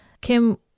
Kim